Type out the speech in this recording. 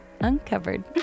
uncovered